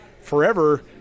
Forever